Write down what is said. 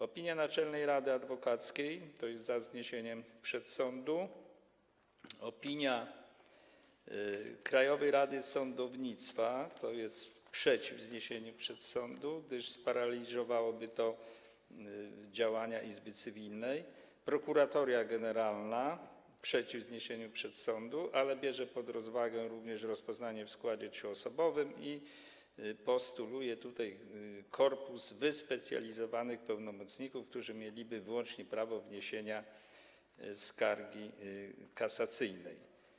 Opinia Naczelnej Rady Adwokackiej - za zniesieniem przedsądu, opinia Krajowej Rady Sądownictwa - przeciw zniesieniu przedsądu, gdyż sparaliżowałoby to działania Izby Cywilnej, Prokuratoria Generalna - przeciw zniesieniu przedsądu, ale bierze ona pod rozwagę również rozpoznanie w składzie trzyosobowym i postuluje korpus wyspecjalizowanych pełnomocników, którzy mieliby wyłącznie prawo wniesienia skargi kasacyjnej.